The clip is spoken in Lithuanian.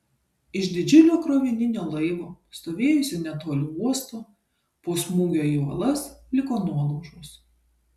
iš didžiulio krovininio laivo stovėjusio netoli uosto po smūgio į uolas liko nuolaužos